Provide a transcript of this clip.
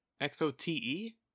X-O-T-E